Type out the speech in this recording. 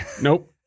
Nope